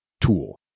tool